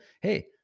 hey